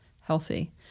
healthy